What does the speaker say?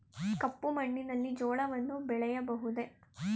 ಕಪ್ಪು ಮಣ್ಣಿನಲ್ಲಿ ಜೋಳವನ್ನು ಬೆಳೆಯಬಹುದೇ?